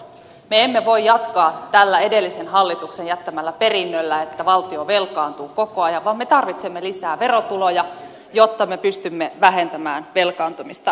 me emme voi jatkaa tällä edellisen hallituksen jättämällä perinnöllä että valtio velkaantuu koko ajan vaan me tarvitsemme lisää verotuloja jotta me pystymme vähentämään velkaantumista